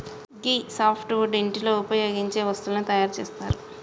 గీ softwood ఇంటిలో ఉపయోగించే వస్తువులను తయారు చేస్తరు